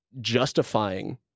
justifying